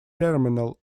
terminal